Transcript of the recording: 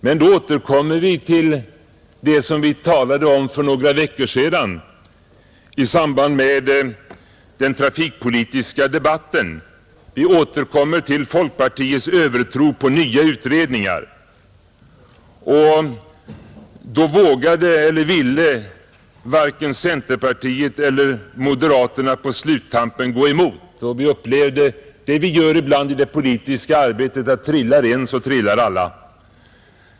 Men då återkommer vi till det som vi talade om för några veckor sedan i samband med den trafikpolitiska debatten, nämligen folkpartiets övertro på nya utredningar. Varken centerpartiet eller moderaterna vågade eller ville på sluttampen gå emot, och vi upplevde, som vi ibland gör i det politiska arbetet, att trillar en så trillar alla.